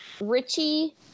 Richie